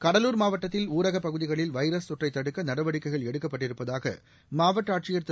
கடலூர் மாவட்டத்தில் ஊரகப் பகுதிகளில் வைரஸ் தொற்றை தடுக்க நடவடிக்கைகள் எடுக்கப்பட்டிருப்பதாக மாவட்ட ஆட்சியர் திரு